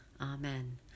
Amen